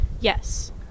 yes